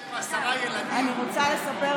כשיהיו לך, בעזרת השם, עשרה ילדים, את תראי